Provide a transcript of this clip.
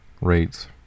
rates